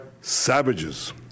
savages